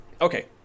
Okay